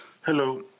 Hello